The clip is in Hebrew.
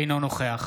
אינו נוכח